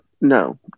No